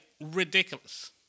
ridiculous